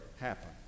happen